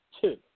two